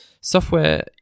Software